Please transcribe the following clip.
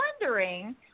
wondering